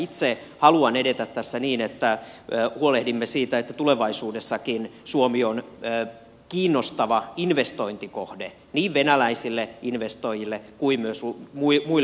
itse haluan edetä tässä niin että huolehdimme siitä että tulevaisuudessakin suomi on kiinnostava investointikohde niin venäläisille investoijille kuin myös muille ulkomaalaisille investoijille